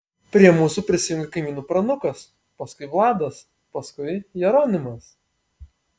prie mūsų prisijungė kaimynų pranukas paskui vladas paskui jeronimas